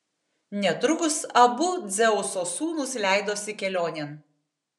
netrukus abu dzeuso sūnūs leidosi kelionėn